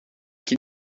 qui